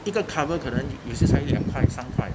一个 cover 可能又是采油两块三块